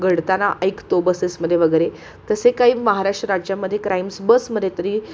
घडताना ऐकतो बसेसमध्ये वगैरे तसे काही महाराष्ट्र राज्यामध्ये क्राइम्स बसमध्ये तरी